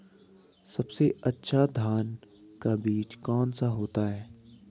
सबसे अच्छा धान का बीज कौन सा होता है?